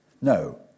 No